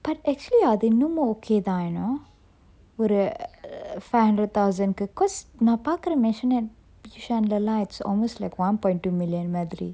actually அது இன்னும்:athu innum okay தான்:than you know ஒரு:oru five hundred thousand cause நா பாக்குற:na pakkura is almost like one point two million மாதிரி:madiri